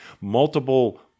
multiple